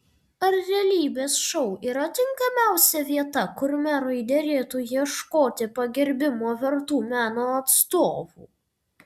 ar realybės šou yra tinkamiausia vieta kur merui derėtų ieškoti pagerbimo vertų meno atstovų